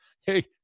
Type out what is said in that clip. hey